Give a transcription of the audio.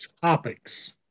topics